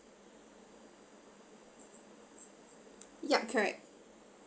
yup correct